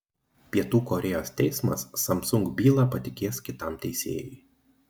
pietų korėjos teismas samsung bylą patikės kitam teisėjui